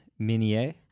Minier